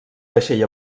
vaixell